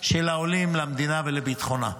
של העולים למדינה ולביטחונה.